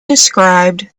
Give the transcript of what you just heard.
described